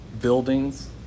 Buildings